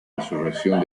resurrección